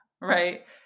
right